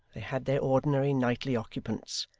they had their ordinary nightly occupants,